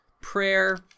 prayer